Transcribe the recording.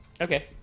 Okay